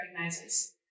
recognizes